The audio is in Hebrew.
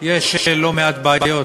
יש לא מעט בעיות.